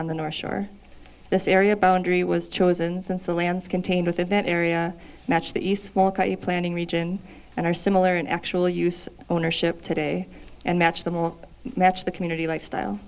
on the north shore this area boundary was chosen since the lands contained within that area match the east walk a planning region and are similar in actual use ownership today and match them up match the community life style